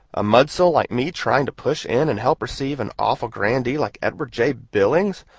a mudsill like me trying to push in and help receive an awful grandee like edward j. billings?